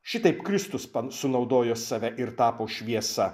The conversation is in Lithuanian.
šitaip kristus sunaudojo save ir tapo šviesa